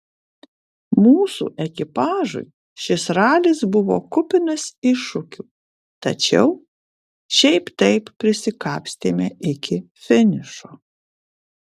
mūsų ekipažui šis ralis buvo kupinas iššūkių tačiau šiaip taip prisikapstėme iki finišo